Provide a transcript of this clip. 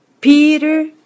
Peter